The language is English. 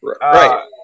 right